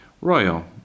Royal